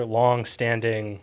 long-standing